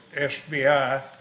SBI